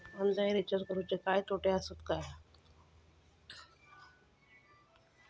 Online recharge करुचे काय तोटे आसत काय?